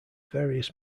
various